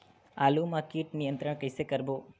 आलू मा कीट नियंत्रण कइसे करबो?